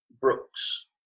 Brooks